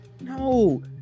no